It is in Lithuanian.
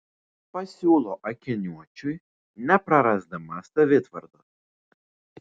pasiūlo akiniuočiui neprarasdama savitvardos